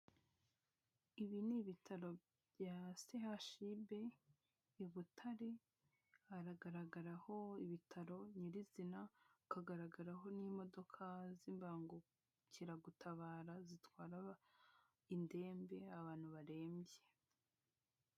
Ibi ni ibitaro bya sehashibe i Butare haragaragaraho ibitaro nyirizina, hakagaragaraho n'imodoka z'imbangukiragutabara zitwara indembe abantu barembye.